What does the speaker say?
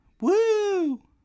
Woo